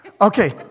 Okay